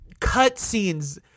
cutscenes